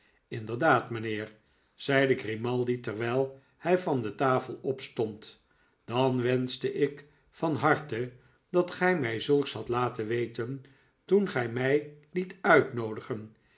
inderdaad mijnheer zeide grimaldi terwijl hij van de tafel opstond dan wenschte ik van harte dat gij mij zulks had laten weten toen gij mij liet uitnoodigen